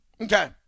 Okay